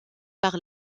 par